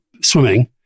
swimming